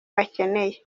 bakeneye